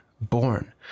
born